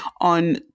on